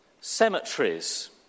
cemeteries